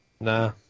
Nah